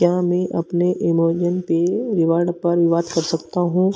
क्या मैं अपने एमेजोन पे रिवॉर्ड पर विवाद कर सकता हूँ